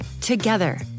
Together